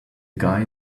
guy